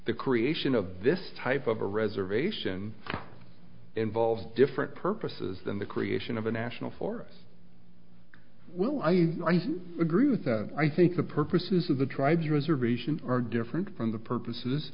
the creation of this type of a reservation involves different purposes than the creation of a national forest well i agree with that i think the purposes of the tribes reservation are different from the purposes